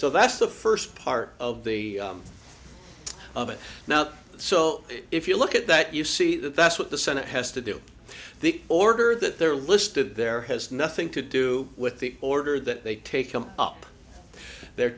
so that's the first part of the of it now so if you look at that you see that that's what the senate has to do the order that they're listed there has nothing to do with the order that they take up they're